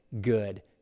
good